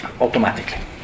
automatically